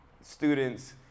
students